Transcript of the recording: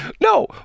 No